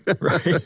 Right